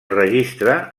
registre